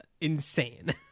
insane